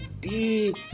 deep